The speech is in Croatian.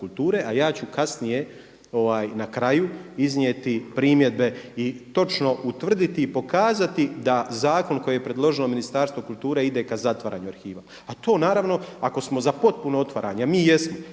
A ja ću kasnije na kraju iznijeti primjedbe i točno utvrditi i pokazati da zakon koji je predložilo Ministarstvo kulture ide k zatvaranju arhiva. A to naravno ako smo za potpuno otvaranje, a mi jesmo,